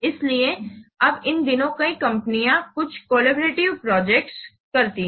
इसलिए अब इन दिनों कई कंपनियां कुछ कलबोरेटिवे प्रोजेक्ट्स करती हैं